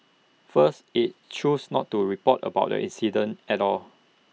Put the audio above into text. first IT chose not to report about the incident at all